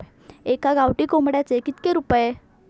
एका गावठी कोंबड्याचे कितके रुपये?